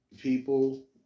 people